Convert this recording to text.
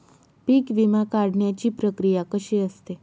पीक विमा काढण्याची प्रक्रिया कशी असते?